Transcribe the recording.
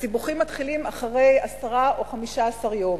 הסיבוכים מתחילים אחרי עשרה או 15 יום.